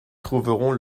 trouveront